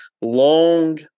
Long